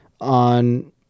on